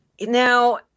now